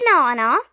banana